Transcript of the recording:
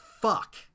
fuck